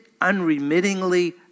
unremittingly